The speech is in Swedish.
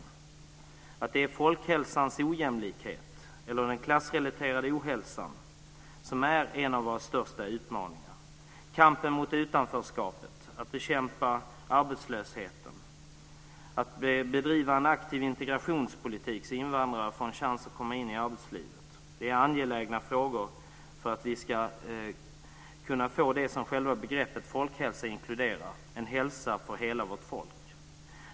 Ojämlikheten i folkhälsan, eller den klassrelaterade ohälsan, är en av våra största utmaningar. Kampen mot utanförskapet, att bekämpa arbetslösheten, att bedriva en aktiv integrationspolitik så att invandrare får en chans att komma in i arbetslivet, är angelägna frågor för att vi ska kunna få det som själva begreppet folkhälsa inkluderar, dvs. en hälsa för hela vårt folk.